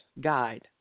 guide